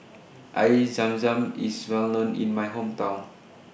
Air Zam Zam IS Well known in My Hometown